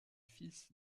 fils